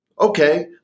Okay